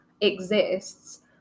exists